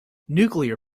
nuclear